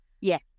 Yes